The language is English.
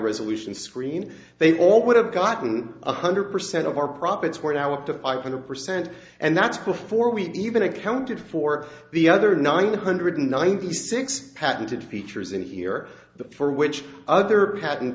resolution screen they all would have gotten one hundred percent of our profits were now up to five hundred percent and that's before we even accounted for the other nine hundred ninety six patented features in here for which other patent